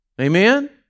Amen